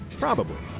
probably.